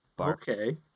okay